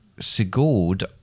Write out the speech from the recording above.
Sigurd